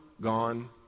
gone